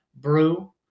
Brew